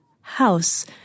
house